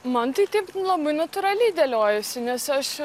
man tai taip labai natūraliai dėliojasi nes aš